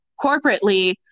corporately